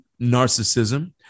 narcissism